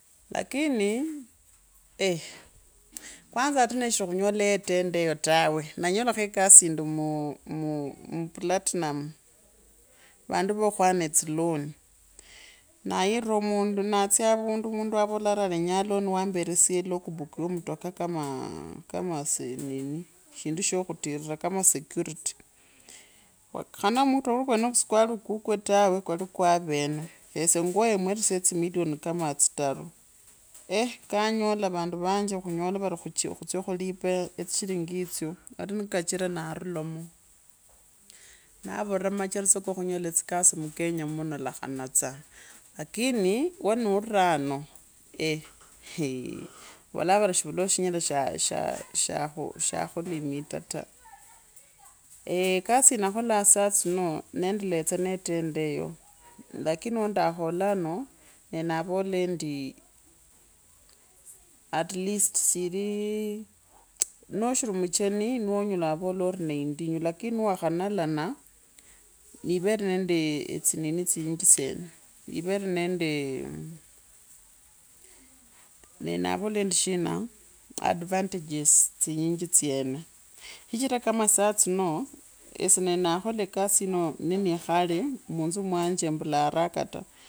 Lakini kwanza ata neshiri khunyola entender eyo tawe nanyolakho kasi indi muu platinum vandu vwokhwana etsi laani nayiira mundu natsya avundu mundu wa volaa ari alenya looni. wamberesya lag book ya mutuka kama eshindu sha khutira kama security khane mutoka kweneko sikwali kukwe tawe kwali kwa vene khesye ngwoyo emweresye etsilingi millioni kama etsitaru kanyola vanduvanje khunyola vari khustya khulipa etsishilngi ethsyo atanikokachira narulamo naviira macharitso ko khunyola etsikasi mukenya muno lakhanastsa lakini wa nuure ano. hee vavolaavari shivulao shinyola shaashaa shaku shaklimita ta, ekasi yanakholanga sa etsino neendee tsinini etsi nyinji wavola ari nendinyu lakini niwakhanalana nivernendelee tsa nee tenda eyo lakini wandakhalano nyendawali endii at- least sirii nashiri mucheni niwanyola tsyene yivere neendee nye ndavola endi shira advantages tsi nyinyi tsyene shichura kama saa tsino onyola khula ekasi yanje nenali muunzu mwanje embula haraka ta.